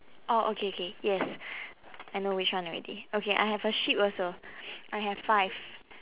oh okay okay yes I know which one already okay I have a sheep also I have five